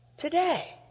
Today